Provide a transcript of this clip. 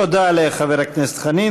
תודה לחבר הכנסת חנין.